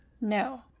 No